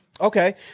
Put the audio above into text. Okay